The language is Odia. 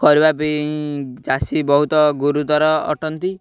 କରିବା ପାଇଁ ଚାଷୀ ବହୁତ ଗୁରୁତ୍ୱର ଅଟନ୍ତି